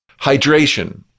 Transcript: Hydration